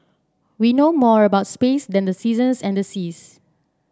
we know more about space than the seasons and the seas